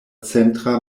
centra